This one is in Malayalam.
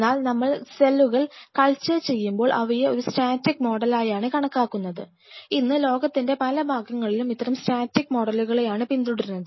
എന്നാൽ നമ്മൾ സെല്ലുകൾ കൾച്ചർ ചെയ്യുമ്പോൾ അവയെ ഒരു സ്റ്റാറ്റിക് മോഡലായാണ് കണക്കാക്കുന്നത് ഇന്ന് ലോകത്തിൻറെ പല ഭാഗങ്ങളിലും ഇത്തരം സ്റ്റാറ്റിക് മോഡലുകളെയാണ് പിന്തുടരുന്നത്